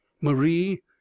Marie